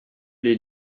les